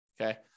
Okay